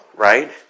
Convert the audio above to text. right